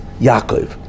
Yaakov